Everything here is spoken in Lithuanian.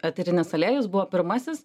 eterinis aliejus buvo pirmasis